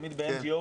כן.